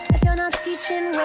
if you're not teaching,